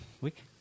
week